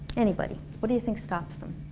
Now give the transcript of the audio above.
anybody? what do you think stops them?